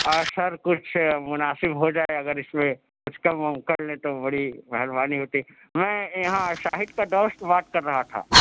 سر کچھ مناسب ہوجائے اگر اس میں کچھ کم وم کرلیں تو بڑی مہربانی ہوتی میں یہاں شاہد کا دوست بات کر رہا تھا